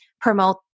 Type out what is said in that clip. promote